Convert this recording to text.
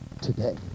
today